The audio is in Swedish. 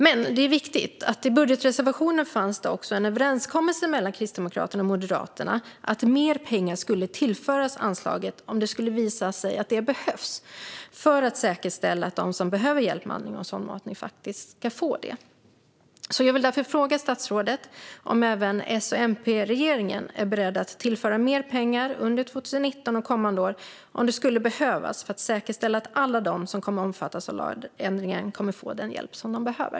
Men, och det är viktigt, att det i budgetreservationen också fanns en överenskommelse mellan Kristdemokraterna och Moderaterna om att mer pengar skulle tillföras anslaget om det skulle visa sig att det behövs för att säkerställa att de som behöver hjälp med andning och sondmatning faktiskt ska få det. Jag vill därför fråga statsrådet om även S-MP-regeringen är beredd att tillföra mer pengar under 2019 och kommande år, om det skulle behövas för att säkerställa att alla de som kommer att omfattas av lagändringen får den hjälp som de behöver.